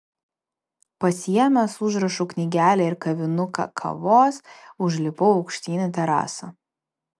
pasiėmęs užrašų knygelę ir kavinuką kavos užlipau aukštyn į terasą